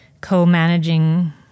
co-managing